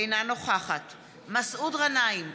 אינה נוכחת מסעוד גנאים,